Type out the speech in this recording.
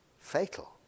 fatal